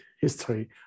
history